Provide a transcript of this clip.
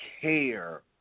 care